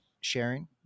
sharing